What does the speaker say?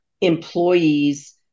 employees